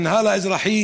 המינהל האזרחי